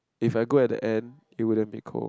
if I go at the end it would have been cold